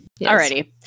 Alrighty